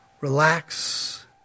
relax